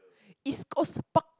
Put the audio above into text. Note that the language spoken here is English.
East-Coast-Park